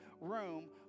room